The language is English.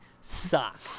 suck